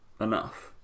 enough